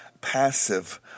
passive